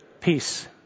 peace